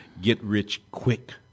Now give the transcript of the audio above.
get-rich-quick